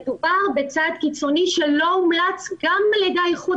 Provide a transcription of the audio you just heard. מדובר בצעד קיצוני שלא הומלץ גם על ידי האיחוד